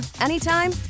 anytime